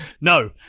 No